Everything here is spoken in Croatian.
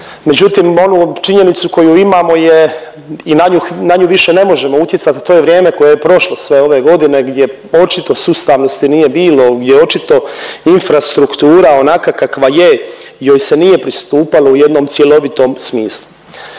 međutim onu činjenicu koju imamo je i na nju, na nju više ne možemo utjecat, to je vrijeme koje je prošlo sve ove godine gdje očito sustavnosti nije bilo, gdje očito infrastruktura onakva kakva je joj se nije pristupalo u jednom cjelovitom smislu.